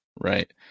right